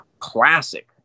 Classic